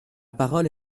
parole